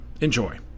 Enjoy